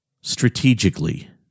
strategically